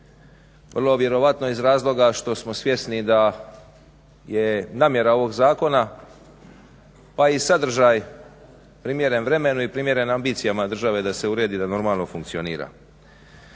Vrlo vjerojatno iz razloga što smo svjesni da je namjera ovoga zakona pa i sadržaj primjeren vremenu i primjeren ambicijama države da se uredi i da normalno funkcionira.